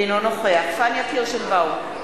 אינו נוכח פניה קירשנבאום,